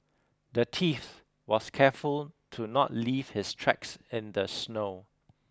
the thief was careful to not leave his tracks in the snow